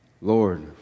Lord